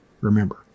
remember